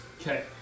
Okay